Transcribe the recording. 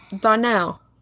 Darnell